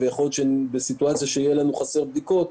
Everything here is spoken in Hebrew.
ויהיו חסרות לנו בדיקות,